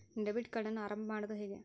Debit ಕಾರ್ಡನ್ನು ಆರಂಭ ಮಾಡೋದು ಹೇಗೆ?